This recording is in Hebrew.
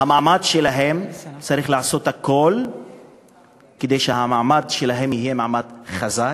שצריך לעשות הכול כדי שהמעמד שלהם יהיה חזק,